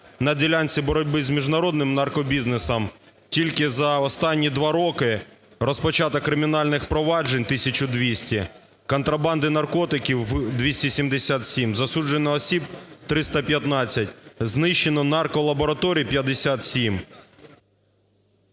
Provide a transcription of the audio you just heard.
на ділянці боротьби з міжнародним наркобізнесом тільки за останні два роки розпочато кримінальних проваджень 1200, контрабанди наркотиків – 277, засуджено осіб – 315, знищено нарколабораторій – 57.